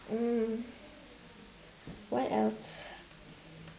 um what else